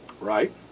Right